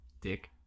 dick